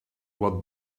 what